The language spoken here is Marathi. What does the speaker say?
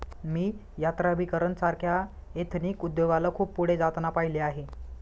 मी यात्राभिकरण सारख्या एथनिक उद्योगाला खूप पुढे जाताना पाहिले आहे